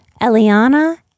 Eliana